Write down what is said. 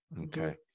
Okay